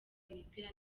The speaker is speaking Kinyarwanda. imipira